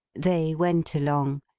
they went along.